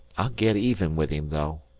i'll get even with him, though.